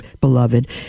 beloved